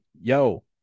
yo